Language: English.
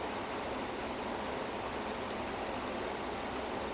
it was quite funny lah கைதியோட:kaithiyoda director தான்:thaan was the director of master